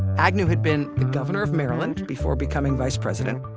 agnew had been the governor of maryland before becoming vice president.